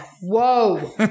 whoa